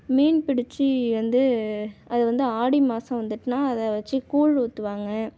மீன் பிடித்து வந்து அது வந்து ஆடி மாசம் வந்துட்டுன்னா அதை வச்சு கூழ் ஊற்றுவாங்க